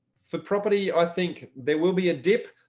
for property, i think there will be a dip.